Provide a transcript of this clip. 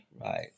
Right